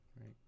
right